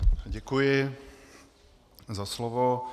Děkuji za slovo.